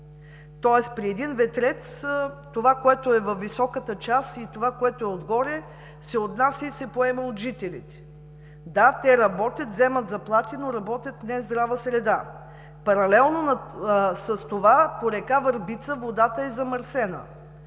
тоест при един ветрец това, което е във високата част, и това, което е отгоре, се отнася и се поема от жителите. Да, те работят, вземат заплати, но работят в нездрава среда. Паралелно с това, по река Върбица водата е замърсена.